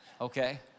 okay